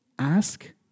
Ask